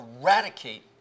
eradicate